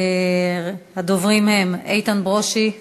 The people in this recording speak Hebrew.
הדוברים הם איתן ברושי,